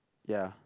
ya